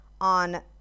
on